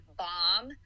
bomb